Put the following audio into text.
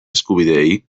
eskubideei